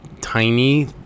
tiny